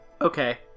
Okay